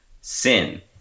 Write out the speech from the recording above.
sin